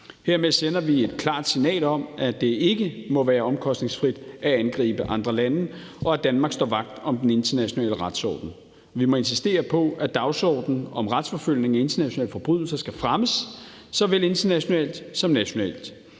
Hermed sender vi et klart signal om, at det ikke må være omkostningsfrit at angribe andre lande, og at Danmark står vagt om den internationale retsorden. Vi må insistere på, at dagsordenen om retsforfølgningen af internationale forbrydelser skal fremmes, såvel internationalt som nationalt.